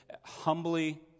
humbly